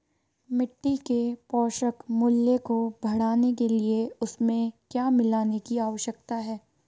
मिट्टी के पोषक मूल्य को बढ़ाने के लिए उसमें क्या मिलाने की आवश्यकता है?